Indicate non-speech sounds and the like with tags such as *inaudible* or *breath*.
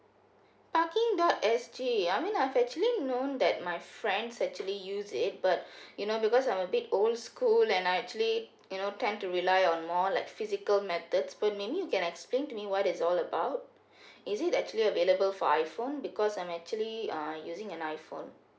parking dot s g I mean I've actually known that my friends actually use it but *breath* you know because I'm a bit old school and I actually you know tend to rely on more like physical methods per maybe you can explain to me what is all about *breath* is it actually available for iphone because I'm actually uh using an iphone